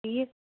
ٹھیٖک